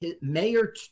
Mayor